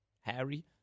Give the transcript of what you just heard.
Harry